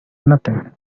nothing